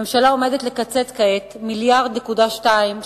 הממשלה עומדת לקצץ כעת 1.2 מיליארד שקלים